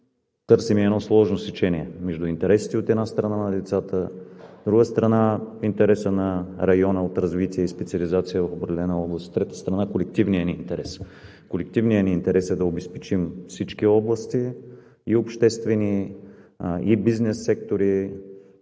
търсим едно сложно сечение между интересите на децата, от една страна, от друга страна, интереса на района от развитие и специализация в определена област, от трета страна, колективния ни интерес. Колективният ни интерес е да обезпечим всички области – и обществени, и бизнес сектори.